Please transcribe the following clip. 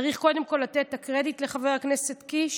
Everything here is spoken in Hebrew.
צריך קודם כול לתת את הקרדיט לחבר הכנסת קיש